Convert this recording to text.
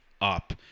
up